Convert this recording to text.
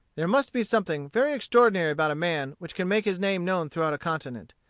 there must be something very extraordinary about a man which can make his name known throughout a continent.